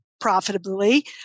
profitably